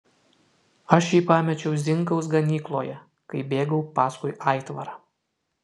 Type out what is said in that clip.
aš jį pamečiau zinkaus ganykloje kai bėgau paskui aitvarą